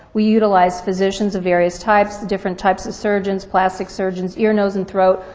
we utilize physicians of various types, different types of surgeons, plastic surgeons, ear, nose and throat,